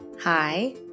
Hi